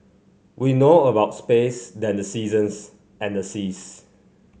we know about space than the seasons and the seas